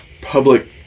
public